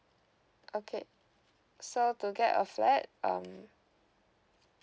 okay so to get a flat um